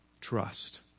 trust